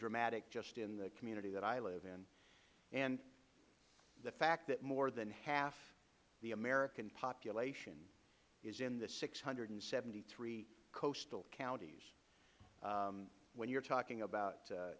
dramatic just in the community that i live in and the fact that more than half of the american population is in the six hundred and seventy three coastal counties when you are talking about